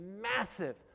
massive